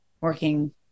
working